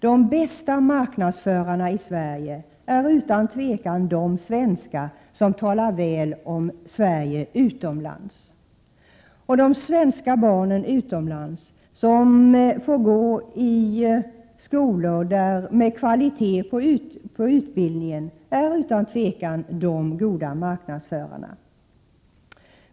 De bästa marknadsförarna i Sverige är utan tvivel de svenskar som talar väl om Sverige utomlands. De svenska barnen utomlands som får gå i skolor med kvalitet på utbildningen är goda marknadsförare.